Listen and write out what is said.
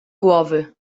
głowy